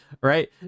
right